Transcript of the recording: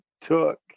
took